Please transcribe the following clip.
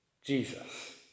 Jesus